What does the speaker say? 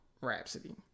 Rhapsody